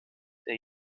der